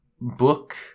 book